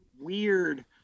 weird